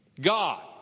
God